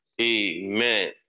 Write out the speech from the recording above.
Amen